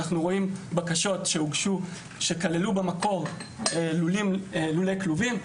אנחנו רואים בקשות שהוגשו וכללו במקור לולי כלובים.